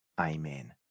Amen